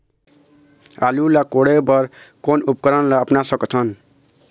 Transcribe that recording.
आलू ला कोड़े बर कोन उपकरण ला अपना सकथन?